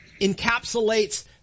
encapsulates